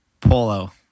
polo